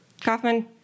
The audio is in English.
Kaufman